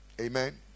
Amen